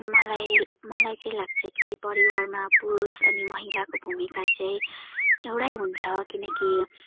मलाई मलाई चाहिँ लाग्छ कि परिवारमा पुरुष अनि महिलाको भूमिका चाहिँ एउटै हुन्छ किनकि